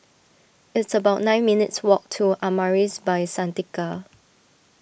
it's about nine minutes' walk to Amaris By Santika